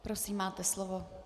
Prosím, máte slovo.